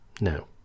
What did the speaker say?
No